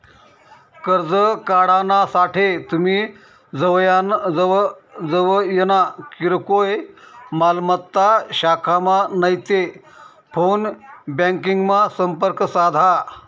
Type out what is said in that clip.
कर्ज काढानासाठे तुमी जवयना किरकोय मालमत्ता शाखामा नैते फोन ब्यांकिंगमा संपर्क साधा